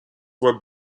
were